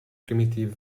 primitive